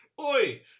Oi